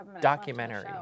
documentary